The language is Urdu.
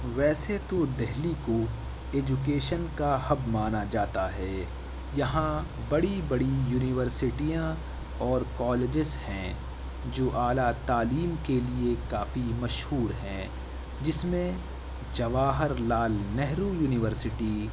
ویسے تو دہلی کو ایجوکیشن کا ہب مانا جاتا ہے یہاں بڑی بڑی یونیورسٹیاں اور کالجز ہیں جو اعلی تعلیم کے لیے کافی مشہور ہیں جس میں جواہر لعل نہرو یونیورسٹی